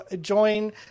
join